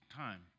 time